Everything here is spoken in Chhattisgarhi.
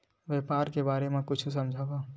व्यापार के बारे म कुछु समझाव?